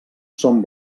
són